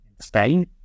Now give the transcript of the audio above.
Spain